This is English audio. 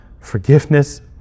forgiveness